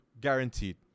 guaranteed